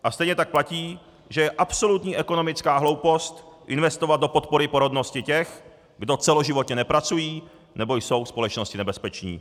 A stejně tak platí, že je absolutní ekonomická hloupost investovat do podpory porodnosti těch, kdo celoživotně nepracují nebo jsou společnosti nebezpeční.